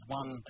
one